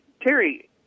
Terry